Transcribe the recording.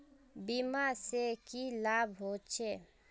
बीमा से की लाभ होचे?